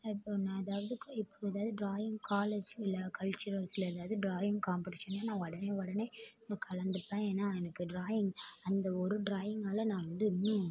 அப்போது நான் ஏதாவது கோ இப்போது ஏதாவது டிராயிங் காலேஜ் இல்லை கல்ச்சுரல்சில் ஏதாவது டிராயிங் காம்படிஷன்னால் நான் உடனே உடனே கலந்துப்பேன் ஏனால் எனக்கு டிராயிங் அந்த ஒரு டிராயிங்கால் நான் வந்து இன்னும்